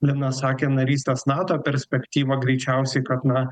linas sakė narystės nato perspektyva greičiausiai kad na